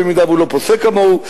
במידה שהוא לא פוסק כמוהו,